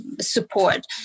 support